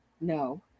No